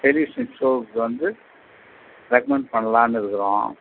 television ஷோவுக்கு வந்து recommend பண்ணலான்னு இருக்கிறோம்